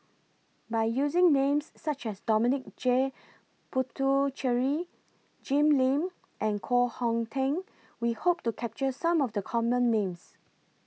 By using Names such as Dominic J Puthucheary Jim Lim and Koh Hong Teng We Hope to capture Some of The Common Names